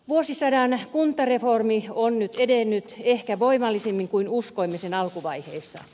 vuosisadan kuntareformi on nyt edennyt ehkä voimallisemmin kuin uskoimme sen alkuvaiheissa